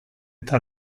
eta